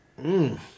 Mmm